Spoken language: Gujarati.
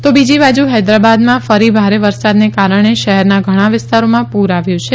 તો બીજી બાજુ હૈદરાબાદમાં ફરી ભારે વરસાદને કારણે શહેરના ઘણાં વિસ્તારોમાં પૂર આવ્યું છે